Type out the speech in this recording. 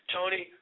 Tony